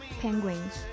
penguins